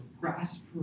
grasp